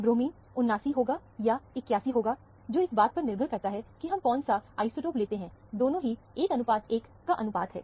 bromine 79 होगा या 81 होगा जो इस बात पर निर्भर करता है कि हम कौन सा आइसोटोप लेते हैं दोनों ही 11 का अनुपात है